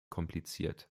kompliziert